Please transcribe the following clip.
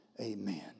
Amen